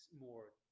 more